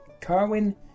Carwin